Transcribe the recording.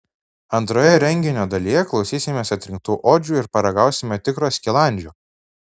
antroje renginio dalyje klausysimės atrinktų odžių ir paragausime tikro skilandžio